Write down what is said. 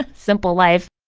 simple life